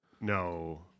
No